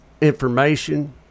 information